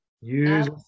Use